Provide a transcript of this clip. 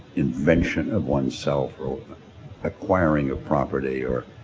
invention of one's self or or acquiring of property or